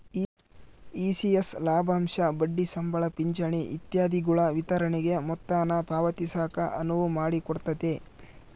ECS ಲಾಭಾಂಶ ಬಡ್ಡಿ ಸಂಬಳ ಪಿಂಚಣಿ ಇತ್ಯಾದಿಗುಳ ವಿತರಣೆಗೆ ಮೊತ್ತಾನ ಪಾವತಿಸಾಕ ಅನುವು ಮಾಡಿಕೊಡ್ತತೆ